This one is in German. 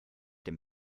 dem